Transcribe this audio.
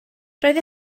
roedd